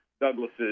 Douglas's